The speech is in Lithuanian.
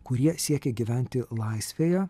kurie siekia gyventi laisvėje